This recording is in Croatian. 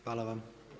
Hvala vam.